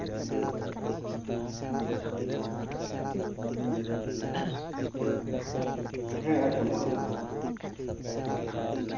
ᱦᱮᱸ ᱟᱪᱪᱷᱟ ᱢᱟ ᱞᱟᱹᱭ ᱢᱮ